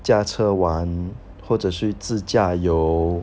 驾车玩或者是自驾游